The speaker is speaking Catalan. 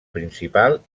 principal